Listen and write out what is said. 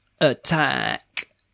Attack